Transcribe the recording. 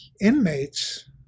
inmates